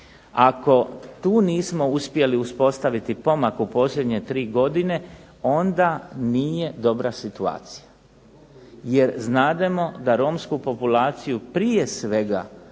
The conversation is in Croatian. Ako tu nismo uspjeli uspostaviti pomak u posljednje 3 godine onda nije dobra situacija. Jer znademo da romsku populaciju prije svega